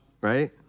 right